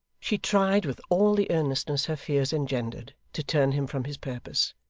she tried with all the earnestness her fears engendered, to turn him from his purpose,